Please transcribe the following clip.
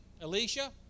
Alicia